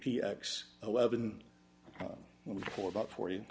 p x eleven for about forty